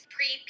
Pre